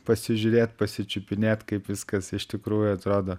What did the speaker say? pasižiūrėt pasičiupinėt kaip viskas iš tikrųjų atrodo